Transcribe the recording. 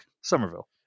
Somerville